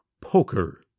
Poker